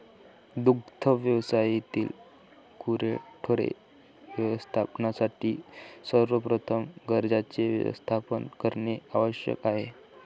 दुग्ध व्यवसायातील गुरेढोरे व्यवस्थापनासाठी सर्वप्रथम घरांचे व्यवस्थापन करणे आवश्यक आहे